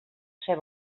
ser